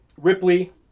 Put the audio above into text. Ripley